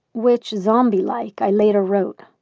which, zombie-like, i later wrote,